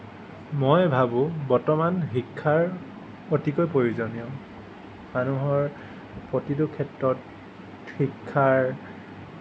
মই ভাবোঁ বৰ্তমান শিক্ষাৰ অতিকৈ প্ৰয়োজনীয় মানুহৰ প্ৰতিটো ক্ষেত্ৰত শিক্ষাৰ